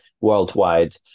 worldwide